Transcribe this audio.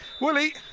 Willie